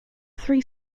three